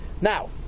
Now